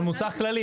אבל מוסך כללי,